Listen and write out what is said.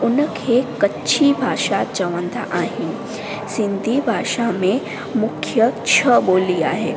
उनखे कच्छी भाषा चवंदा आहिनि सिंधी भाषा में मुख्य छह ॿोली आहिनि